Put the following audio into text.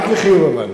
רק לחיוב.